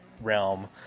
realm